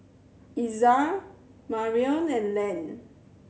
Ezra Marrion and Len